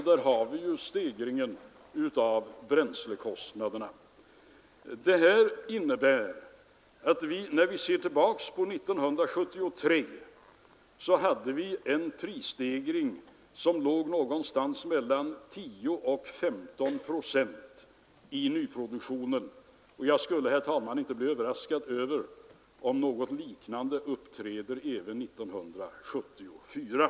Där har vi stegringen av bränslekostnaderna, dvs. drivmedlen. Detta innebär, när vi ser tillbaka på 1973, att vi då hade en prisstegring som låg någonstans mellan 10 och 15 procent i nyproduktio Nr 15 nen. Jag skulle, herr talman, inte bli överraskad, om något liknande skulle Onsdagen den uppträda även 1974.